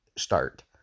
start